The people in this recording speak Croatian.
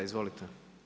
Izvolite.